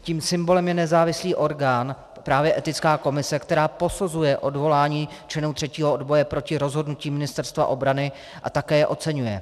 Tím symbolem je nezávislý orgán, právě etická komise, která posuzuje odvolání členů třetího odboje proti rozhodnutí Ministerstva obrany a také je oceňuje.